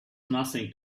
nothing